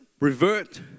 revert